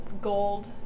gold